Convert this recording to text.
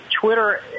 Twitter